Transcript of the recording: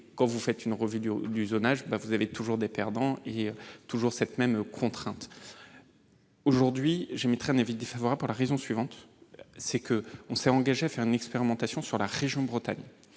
quand vous faites une revue du zonage, vous avez toujours des perdants et toujours cette même contrainte. Aujourd'hui, j'émettrai un avis défavorable sur ces amendements pour la raison suivante : nous nous sommes engagés à lancer une expérimentation dans la région Bretagne.